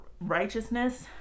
righteousness